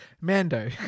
Mando